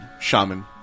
shaman